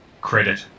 credit